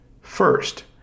First